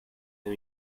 new